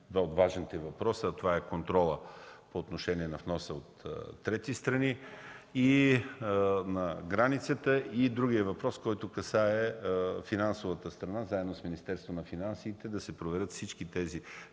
два от важните въпроса, а това е: контролът по отношение на вноса от трети страни и на границата, и другият въпрос, който касае финансовата страна – заедно с Министерството на финансите да се проверят фирмите,